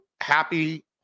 happy